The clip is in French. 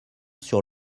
sur